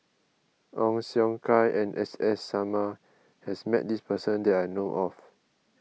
Ong Siong Kai and S S Sarma has met this person that I know of